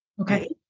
Okay